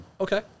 Okay